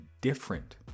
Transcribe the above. different